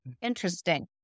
Interesting